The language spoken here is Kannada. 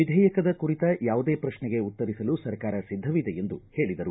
ವಿಧೇಯಕದ ಕುರಿತ ಯಾವುದೇ ಪ್ರಕ್ಷೆಗೆ ಉತ್ತರಿಸಲು ಸರ್ಕಾರ ಸಿದ್ಧವಿದೆ ಎಂದು ಹೇಳದರು